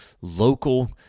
local